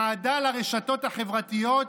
ועדה לרשתות החברתיות,